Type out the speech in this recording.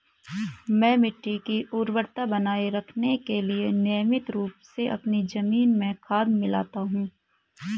मैं मिट्टी की उर्वरता बनाए रखने के लिए नियमित रूप से अपनी जमीन में खाद मिलाता हूं